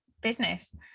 business